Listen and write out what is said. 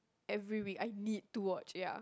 every week I need to watch ya